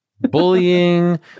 Bullying